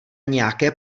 nějaké